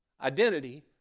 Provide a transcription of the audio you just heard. Identity